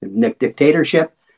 dictatorship